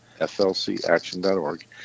flcaction.org